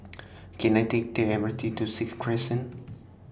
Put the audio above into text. Can I Take The M R T to Sixth Crescent